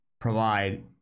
Provide